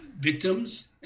victims